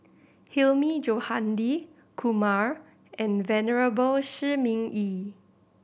Hilmi Johandi Kumar and Venerable Shi Ming Yi